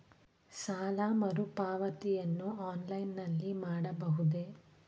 ಸಾಲ ಮರುಪಾವತಿಯನ್ನು ಆನ್ಲೈನ್ ನಲ್ಲಿ ಮಾಡಬಹುದೇ?